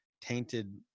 tainted